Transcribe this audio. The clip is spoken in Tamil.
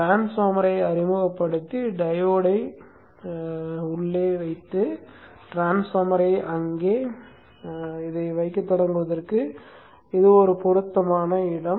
டிரான்ஸ்பார்மரை அறிமுகப்படுத்தி டையோடை உள்ளே தள்ளி டிரான்ஸ்பார்மரை அங்கே வைக்கத் தொடங்குவதற்கு இது பொருத்தமான இடம்